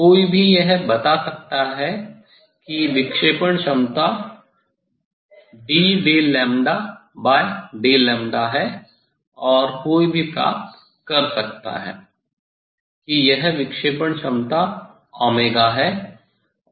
कोई भी यह बता सकता है कि विक्षेपण क्षमता dd है और कोई भी प्राप्त कर सकता है कि यह विक्षेपण क्षमता ओमेगा है